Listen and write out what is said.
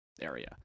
area